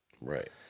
right